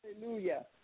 Hallelujah